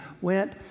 went